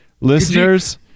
Listeners